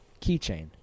keychain